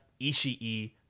ishii